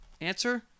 Answer